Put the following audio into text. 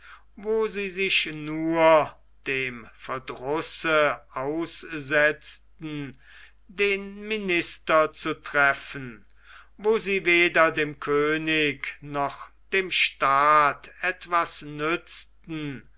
wo sie sich nur dem verdrusse aussetzten den minister zu treffen wo sie weder dem könig noch dem staat etwas nützten